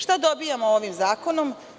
Šta dobijamo ovim zakonom?